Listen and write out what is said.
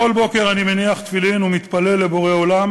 בכל בוקר אני מניח תפילין ומתפלל לבורא עולם